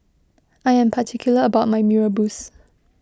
I am particular about my Mee Rebus